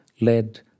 led